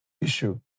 issue